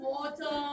Water